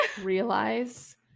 Realize